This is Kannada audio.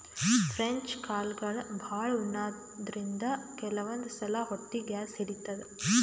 ಫ್ರೆಂಚ್ ಕಾಳ್ಗಳ್ ಭಾಳ್ ಉಣಾದ್ರಿನ್ದ ಕೆಲವಂದ್ ಸಲಾ ಹೊಟ್ಟಿ ಗ್ಯಾಸ್ ಹಿಡಿತದ್